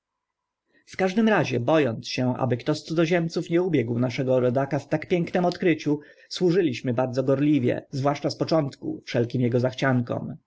każdym razie bo ąc się aby kto z cudzoziemców nie ubiegł naszego rodaka w tak pięknym odkryciu służyliśmy bardzo gorliwie zwłaszcza z początku wszelkim ego zachciankom